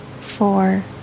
four